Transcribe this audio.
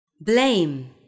Blame